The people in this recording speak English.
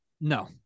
No